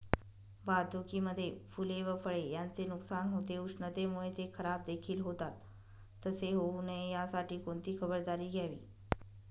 वाहतुकीमध्ये फूले व फळे यांचे नुकसान होते, उष्णतेमुळे ते खराबदेखील होतात तसे होऊ नये यासाठी कोणती खबरदारी घ्यावी?